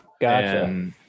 Gotcha